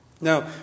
Now